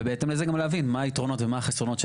ובהתאם לזה גם להבין מה היתרונות ומה החסרונות של